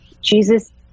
jesus